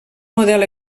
model